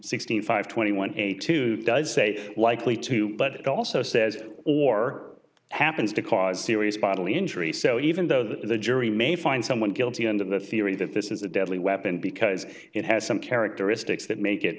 sixteen five twenty one a tooth does say likely to but it also says or happens to cause serious bodily injury so even though the jury may find someone guilty under the theory that this is a deadly weapon because it has some characteristics that make it